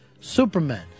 Superman